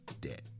debt